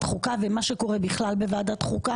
חוקה ומה שקורה בכלל בוועדת חוקה.